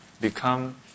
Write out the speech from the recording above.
become